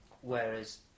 whereas